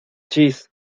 chis